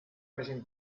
present